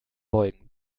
beugen